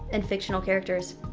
and fictional characters.